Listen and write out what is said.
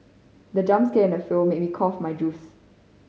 the jump scare in the film made me cough my juice